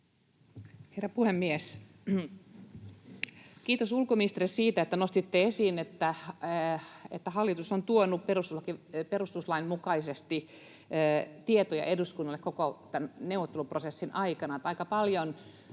Herra puhemies! Kiitos ulkoministerille siitä, että nostitte esiin, että hallitus on tuonut perustuslain mukaisesti tietoja eduskunnalle koko tämän neuvotteluprosessin aikana.